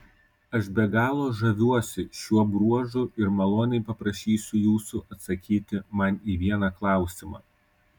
aš be galo žaviuosi šiuo bruožu ir maloniai paprašysiu jūsų atsakyti man į vieną klausimą